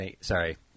Sorry